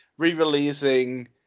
re-releasing